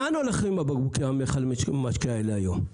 לאן הולכים בקבוקי המשקה האלה היום?